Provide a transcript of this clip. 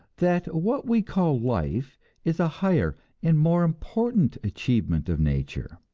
that what we call life is a higher and more important achievement of nature.